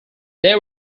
they